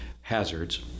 hazards